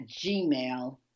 gmail